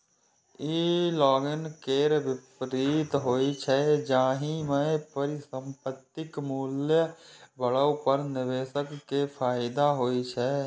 ई long केर विपरीत होइ छै, जाहि मे परिसंपत्तिक मूल्य बढ़ै पर निवेशक कें फायदा होइ छै